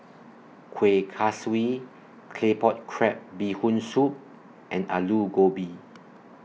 Kuih Kaswi Claypot Crab Bee Hoon Soup and Aloo Gobi